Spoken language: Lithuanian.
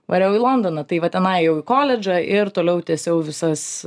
variau į londoną tai va tenai jau į koledžą ir toliau tęsiau visas